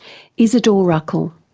izidor ruckel.